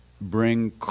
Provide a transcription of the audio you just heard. bring